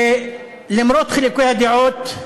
ולמרות חילוקי הדעות,